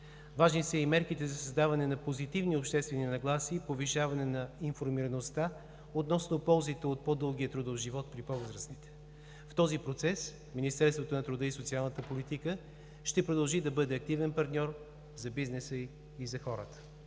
Важни са и мерките за създаване на позитивни обществени нагласи и повишаване на информираността относно ползите от по дългия трудов живот при по-възрастните. В този процес Министерството на труда и социалната политика ще продължи да бъде активен партньор за бизнеса и за хората.